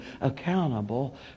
accountable